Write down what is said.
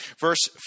Verse